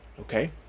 okay